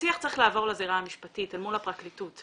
השיח צריך לעבור לזירה המשפטית, אל מול הפרקליטות.